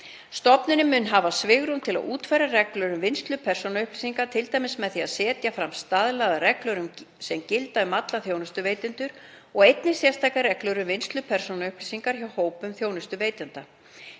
Stofnunin muni hafa svigrúm til að útfæra reglur um vinnslu persónuupplýsinga, t.d. með því að setja fram staðlaðar reglur sem gilda um alla þjónustuveitendur og einnig sérstakar reglur um vinnslu persónuupplýsinga hjá hópum þjónustuveitenda.